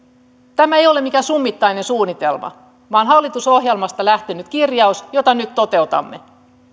tämä ei ole mikään summittainen suunnitelma vaan hallitusohjelmasta lähtenyt kirjaus jota nyt toteutamme